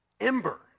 ember